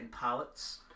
pallets